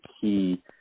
key